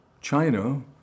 China